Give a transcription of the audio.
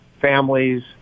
families